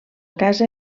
casa